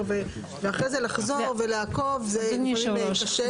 ואחרי זה לחזור ולעקוב זה לפעמים קשה.